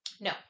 no